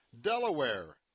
Delaware